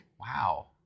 Wow